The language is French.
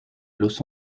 los